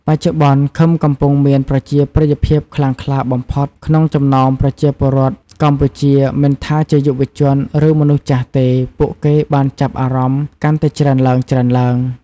បច្ចុប្បន្ន ឃឹមកំពុងមានប្រជាប្រិយភាពខ្លាំងក្លាបំផុតក្នុងចំណោមប្រជាពលរដ្ឋកម្ពុជាមិនថាជាយុវជន ឬមនុស្សចាស់ទេ ពួកគេបានចាប់អារម្មណ៍កាន់តែច្រើនឡើងៗ។